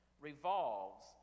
revolves